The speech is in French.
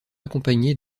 accompagnée